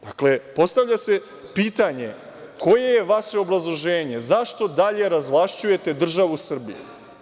Dakle, postavlja se pitanje – koje je vaše obrazloženje, zašto dalje razvlašćujete državu Srbiju?